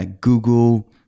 Google